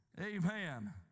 Amen